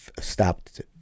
stopped